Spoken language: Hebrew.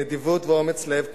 נדיבות ואומץ לב,